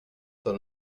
ton